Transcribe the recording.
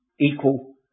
equal